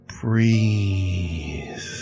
breathe